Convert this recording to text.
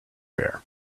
bear